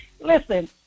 Listen